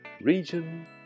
region